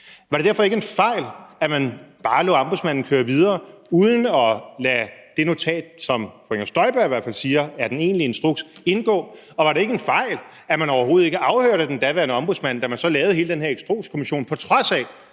Var det derfor ikke en fejl, at man bare lod Ombudsmanden køre videre uden at lade det notat, som fru Inger Støjberg i hvert fald siger er den egentlige instruks, indgå? Og var det ikke en fejl, at man overhovedet ikke afhørte den daværende ombudsmand, da man så lavede hele den her Instrukskommission, på trods af